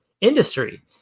industry